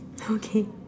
okay